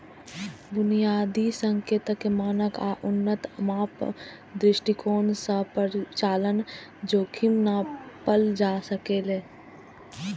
बुनियादी संकेतक, मानक आ उन्नत माप दृष्टिकोण सं परिचालन जोखिम नापल जा सकैए